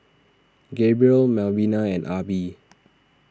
Gabriel Malvina and Arbie